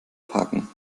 parken